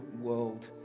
world